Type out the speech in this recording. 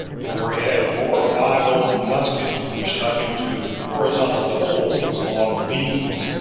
overhead, four or five old muskets were stuck into horizontal holes along the beams.